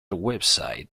website